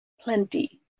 plenty